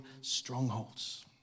strongholds